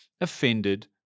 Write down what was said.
offended